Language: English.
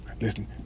listen